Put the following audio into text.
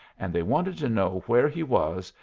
and they wanted to know where he was,